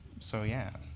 so yeah.